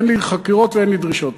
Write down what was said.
אין לי חקירות ואין לי דרישות.